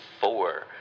four